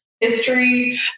History